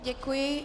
Děkuji.